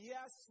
Yes